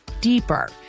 deeper